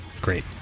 Great